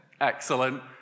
Excellent